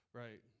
right